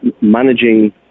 managing